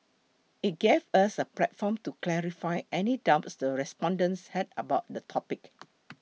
it gave us a platform to clarify any doubts the respondents had about the topic